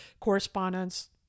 correspondence